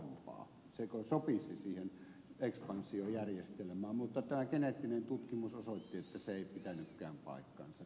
se sopisi siihen ekspansiojärjestelmään mutta tämä geneettinen tutkimus osoitti että se ei pitänytkään paikkaansa